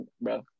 Bro